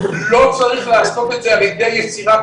לא צריך לעשות את זה על ידי יצירת